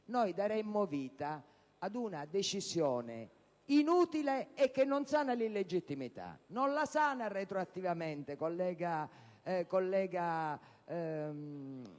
- daremmo vita ad una decisione inutile e che non sana l'illegittimità. Non la sana retroattivamente, collega Azzollini,